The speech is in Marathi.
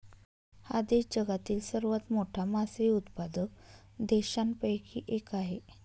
हा देश जगातील सर्वात मोठा मासळी उत्पादक देशांपैकी एक आहे